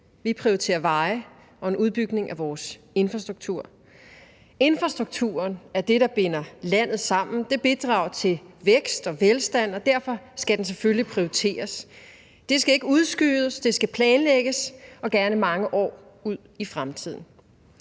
Vi prioriterer veje og en udbygning af vores infrastruktur. Infrastrukturen er det, der binder landet sammen. Den bidrager til vækst og velstand, og derfor skal den selvfølgelig prioriteres. Det skal ikke udskydes. Det skal planlægges og gerne mange år ud i fremtiden.